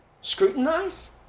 Scrutinize